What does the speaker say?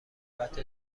نوبت